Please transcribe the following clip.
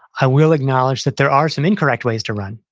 i will acknowledge that there are some incorrect ways to run.